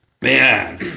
Man